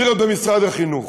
צריך להיות במשרד החינוך.